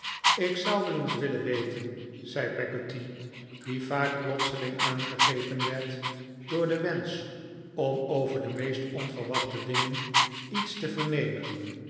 ik zou wel eens willen weten zei peggotty die vaak plotseling aangegrepen werd door den wensch om over de meest onverwachte dingen iets te vernemen